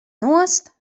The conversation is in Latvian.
nost